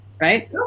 right